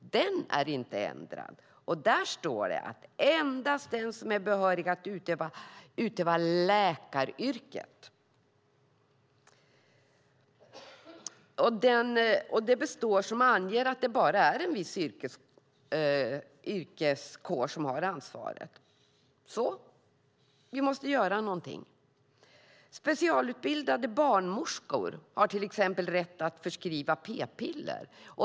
Den är inte ändrad. Där står det att endast den som är behörig att utöva läkaryrket får utföra abort. Det står alltså att det bara är en viss yrkeskår som har ansvaret för detta. Därför måste vi göra någonting. Specialutbildade barnmorskor har till exempel rätt att förskriva p-piller.